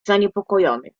zaniepokojony